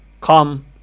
come